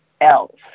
else